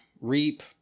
Reap